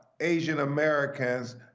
Asian-Americans